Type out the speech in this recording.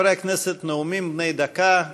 חברי הכנסת, נאומים בני דקה.